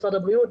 משרד הבריאות.